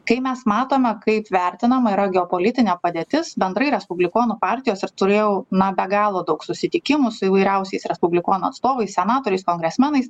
kai mes matome kaip vertinama yra geopolitinė padėtis bendrai respublikonų partijos ir turėjau na be galo daug susitikimų su įvairiausiais respublikonų atstovais senatoriais kongresmenais